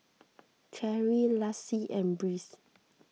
Cherie Lassie and Brice